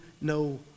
no